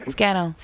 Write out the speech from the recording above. Scano